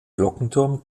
glockenturm